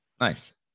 Nice